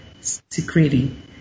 secreting